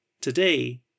Today